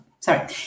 Sorry